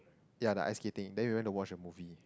yeah the ice skating then we went to watch a movie